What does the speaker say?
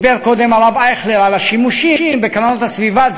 דיבר קודם הרב אייכלר על השימושים בקרנות הסביבה.